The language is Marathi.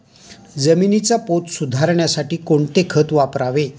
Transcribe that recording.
जमिनीचा पोत सुधारण्यासाठी कोणते खत वापरावे?